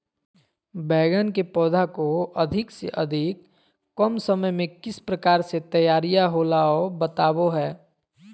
बैगन के पौधा को अधिक से अधिक कम समय में किस प्रकार से तैयारियां होला औ बताबो है?